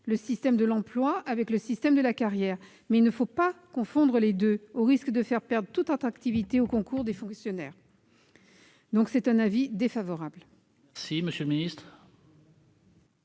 le système de l'emploi avec le système de la carrière, mais il ne faut pas confondre les deux, au risque de faire perdre toute attractivité aux concours de fonctionnaires. L'avis est donc défavorable.